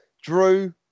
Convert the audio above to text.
Drew